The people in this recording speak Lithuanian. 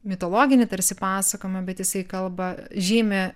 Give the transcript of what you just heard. mitologinį tarsi pasakojimą bet jisai kalba žymi